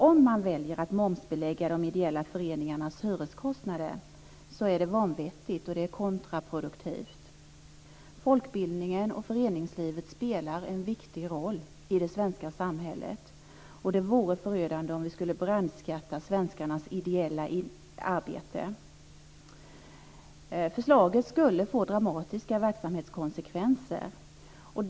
Om man väljer att momsbelägga de ideella föreningarnas hyreskostnader är det vanvettigt och kontraproduktivt. Folkbildningen och föreningslivet spelar en viktig roll i det svenska samhället, och det vore förödande om vi skulle brandskatta svenskarnas ideella arbete. Förslaget skulle få dramatiska verksamhetskonsekvenser.